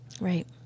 Right